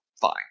fine